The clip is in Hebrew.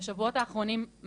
מה